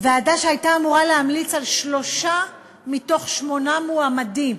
ועדה שהייתה אמורה להמליץ על שלושה מתוך שמונה מועמדים